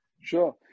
sure